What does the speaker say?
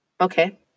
Okay